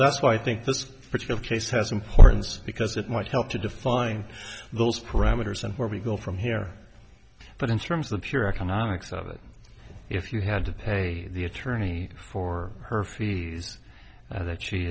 that's why i think this particular case has importance because it might help to define those parameters and where we go from here but in terms of the pure economics of it if you had to pay the attorney for her fees and that she